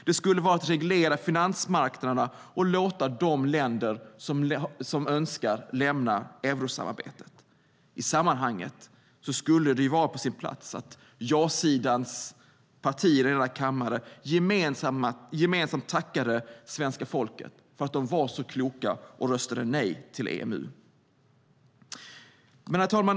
Det skulle vara att reglera finansmarknaderna och låta de länder som så önskar lämna eurosamarbetet. I sammanhanget vore det på sin plats att ja-sidans partier i denna kammare gemensamt tackar svenska folket för att det var så klokt och röstade nej till EMU. Herr talman!